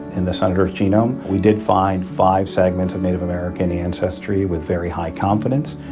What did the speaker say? in the center of genome, we did find five segments of native american ancestry with very high confidence,